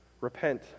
repent